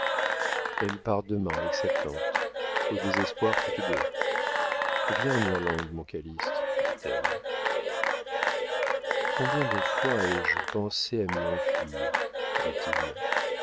elle part demain avec sa tante au désespoir toutes deux viens en irlande mon calyste dit-elle combien de fois ai-je pensé à m'y enfuir dit-il